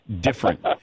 different